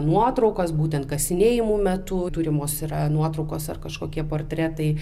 nuotraukos būtent kasinėjimų metu turimos yra nuotraukos ar kažkokie portretai